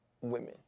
women